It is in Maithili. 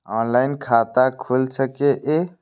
ऑनलाईन खाता खुल सके ये?